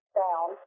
down